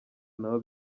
nabo